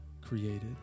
created